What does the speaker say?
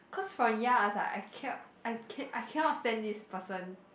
cause for young I was like I cannot I can~ I cannot stand this person